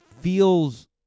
feels